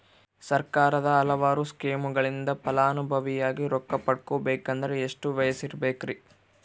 ಸರ್ಕಾರದ ಹಲವಾರು ಸ್ಕೇಮುಗಳಿಂದ ಫಲಾನುಭವಿಯಾಗಿ ರೊಕ್ಕ ಪಡಕೊಬೇಕಂದರೆ ಎಷ್ಟು ವಯಸ್ಸಿರಬೇಕ್ರಿ?